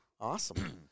Awesome